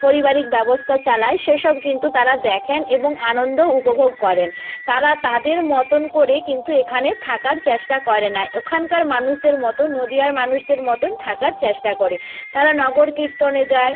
পারিবারিক ব্যবস্থা চালায় সেসব কিন্তু তারা দেখেন এবং আনন্দও উপভোগ করেন তারা তাদের মতোন করে কিন্তু এখানে থাকার চেষ্টা করে না ওখানকার মানুষদের মতোন নদীয়ার মানুষদের মতোন থাকার চেষ্টা করে তারা নগর কীর্তনে যায় তারা ভ্রমণে যায়